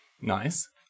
Nice